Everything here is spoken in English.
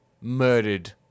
murdered